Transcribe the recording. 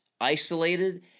isolated